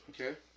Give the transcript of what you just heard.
Okay